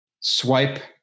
swipe